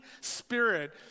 spirit